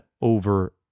over